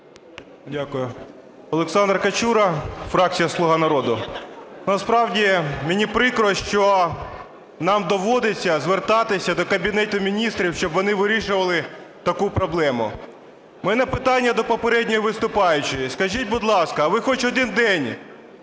Дякую. Олександр Качура, фракція "Слуга народу". Насправді мені прикро, що нам доводиться звертатися до Кабінету Міністрів, щоб вони вирішували таку проблему. В мене питання до попередньої виступаючої. Скажіть, будь ласка, а ви хоч один день